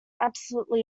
absolutely